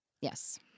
Yes